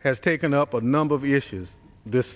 has taken up a number of issues this